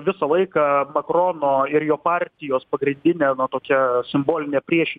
visą laiką makrono ir jo partijos pagrindinę na tokia simbolinę prieš